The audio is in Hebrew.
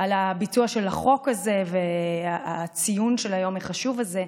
לביצוע של החוק הזה והציון של היום החשוב הזה,